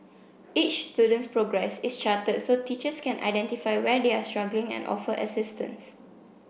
each student's progress is charted so teachers can identify where they are struggling and offer assistance